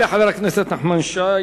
תודה לחבר הכנסת נחמן שי.